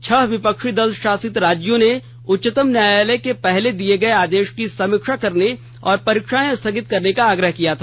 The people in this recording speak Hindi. छह विपक्षी दल शासित राज्यों ने उच्चतम न्यायालय के पहले दिए गए आदेश की समीक्षा करने और परीक्षाएं स्थगित करने का आग्रह किया था